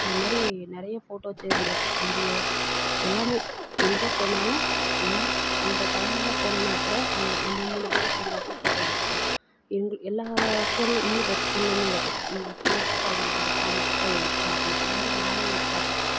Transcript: அது மாதிரி நிறைய ஃபோட்டோ சேஞ்சஸ் வீடியோ எல்லாமே எங்கள் போனாலும் என்றைக்கு இந்த டைமில் போகணுன்னாக் கூட நாங்கள் நம்ம மூணு பேரும் சேந்தாப்பில் ஃபோட்டோ எடுத்துப்போம் எங்கள் எல்லா ஃபோனில் மூணு பேர்த்து ஃபோனிலையுமே இருக்கும் இந்த என் ஃபோட்டோ அவங்கள்கிட்ட இருக்கும் அவங்க ஃபோட்டோ என் கிட்டே இருக்கும் இந்த மாதிரி மாறி பார்த்துப்போம்